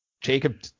Jacob